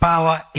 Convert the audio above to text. Power